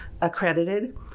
accredited